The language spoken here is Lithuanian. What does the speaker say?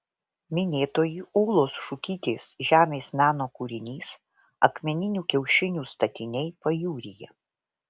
minėtoji ūlos šukytės žemės meno kūrinys akmeninių kiaušinių statiniai pajūryje